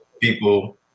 people